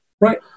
Right